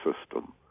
system